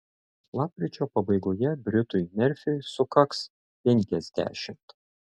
lapkričio pabaigoje britui merfiui sukaks penkiasdešimt